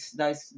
das